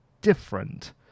different